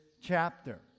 chapter